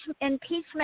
impeachment